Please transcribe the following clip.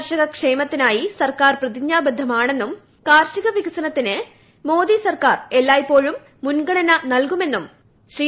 കർഷക ക്ഷേമത്തിനായി സർക്കാർ പ്രതിജ്ഞാബദ്ധ മാണെന്നും കാർഷികവികസനത്തിന് മോദി സർക്കാർ എല്ലായ്പ്പോഴും മുൻഗണന നൽകുമെന്നും ശ്രീ